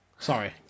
Sorry